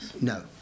No